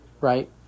right